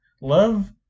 Love